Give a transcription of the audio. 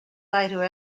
later